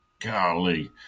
golly